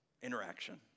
Interaction